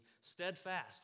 steadfast